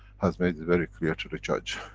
has made it very clear to the judge,